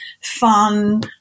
fun